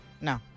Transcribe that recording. No